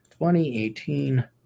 2018